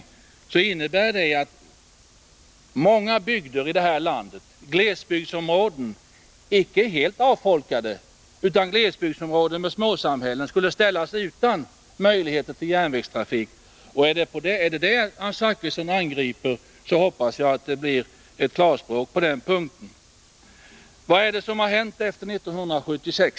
Det skulle innebära att många glesbygdsområden i detta land ställdes utan möjligheter till järnvägstrafik. Är det detta Bertil Zachrisson avser hoppas jag att han talar klarspråk på den punkten. Vad har hänt efter 1976?